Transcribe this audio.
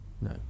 No